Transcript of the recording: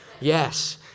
Yes